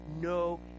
no